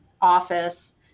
office